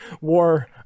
war